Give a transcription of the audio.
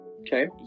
Okay